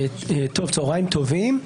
צוהריים טובים.